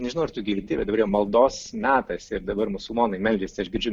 nežinau ar tu girdi bet dabar yra maldos metas ir dabar musulmonai meldžiasi aš girdžiu